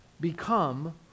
Become